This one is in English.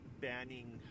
banning